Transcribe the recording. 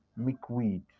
mickweed